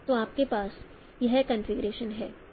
तो आपके पास यह कॉन्फ़िगरेशन है